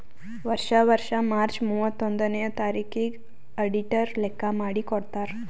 ವರ್ಷಾ ವರ್ಷಾ ಮಾರ್ಚ್ ಮೂವತ್ತೊಂದನೆಯ ತಾರಿಕಿಗ್ ಅಡಿಟರ್ ಲೆಕ್ಕಾ ಮಾಡಿ ಕೊಡ್ತಾರ್